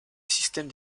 système